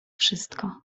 wszystko